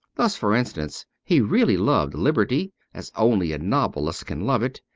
thus, for instance, he really loved liberty, as only a novelist can love it,